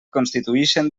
constituïxen